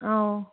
ꯑꯧ